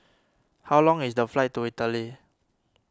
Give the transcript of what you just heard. how long is the flight to Italy